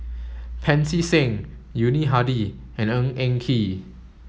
Pancy Seng Yuni Hadi and Ng Eng Kee